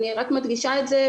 אני מדגישה את זה,